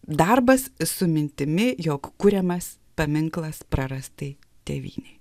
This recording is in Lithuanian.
darbas su mintimi jog kuriamas paminklas prarastai tėvynei